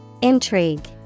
Intrigue